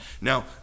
Now